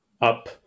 up